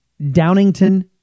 Downington